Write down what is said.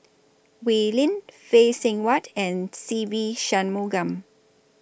Oi Lin Phay Seng Whatt and Se Ve Shanmugam